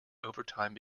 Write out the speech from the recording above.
overtime